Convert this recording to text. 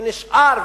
ונשאר,